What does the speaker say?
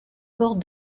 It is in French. bord